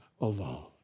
alone